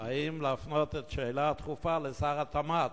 האם להפנות את השאלה הדחופה לשר התמ"ת?